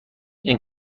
این